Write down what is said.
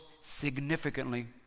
significantly